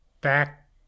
Back